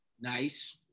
Nice